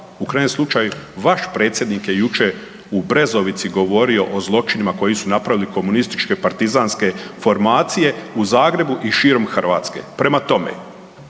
u krajnjem slučaju vaš predsjednik je jučer u Brezovici govorio o zločinima koji su napravili komunističke, partizanske formacije u Zagrebu i širom Hrvatske. Prema tome,